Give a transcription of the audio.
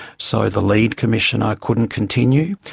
so the lead commissioner couldn't continue,